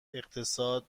اقتصاد